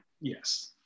Yes